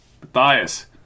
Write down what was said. Matthias